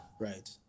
right